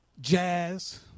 jazz